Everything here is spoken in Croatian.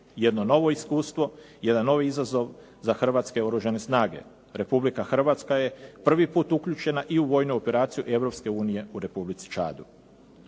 Jedno novo iskustvo, jedan novi izazov za hrvatske Oružane snage. Republika Hrvatske je prvi put uključena i u vojnu operaciju Europske unije u Republici Čadu.